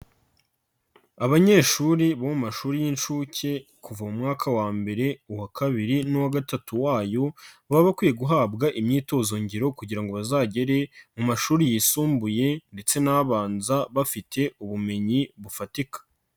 Abanyeshuri bo mu mashuri y'inshuke kuva mu mwaka wa mbere, uwa kabiri n'uwa gatatu wayo, baba bakwiye guhabwa imyitozo ngiro kugira ngo bazagere mu mashuri yisumbuye ndetse n' abanza bafite ubumenyi bufatika.